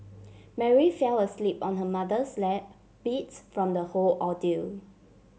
Mary fell asleep on her mother's lap beats from the whole ordeal